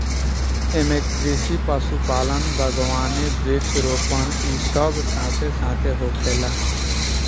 एइमे कृषि, पशुपालन, बगावानी, वृक्षा रोपण इ सब साथे साथ होखेला